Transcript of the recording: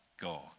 God